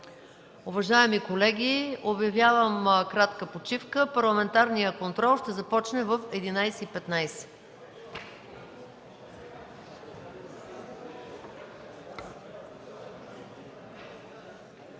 Уважаеми колеги, обявявам кратка почивка. Парламентарният контрол ще започне в 11,15